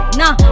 nah